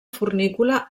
fornícula